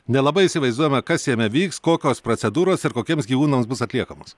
nelabai įsivaizduojame kas jame vyks kokios procedūros ir kokiems gyvūnams bus atliekamos